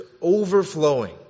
overflowing